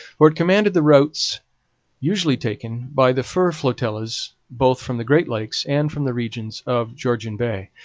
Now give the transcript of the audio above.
for it commanded the routes usually taken by the fur flotillas both from the great lakes and from the regions of georgian bay.